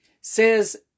says